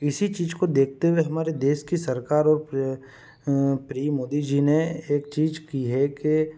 इसी चीज को देखते हुए हमारे देश की सरकार और प्रिय मोदी जी ने एक चीज की है के